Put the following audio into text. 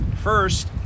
First